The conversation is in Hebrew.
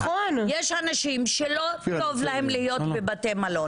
יש אנשים שלא טוב להם להיות בבית מלון.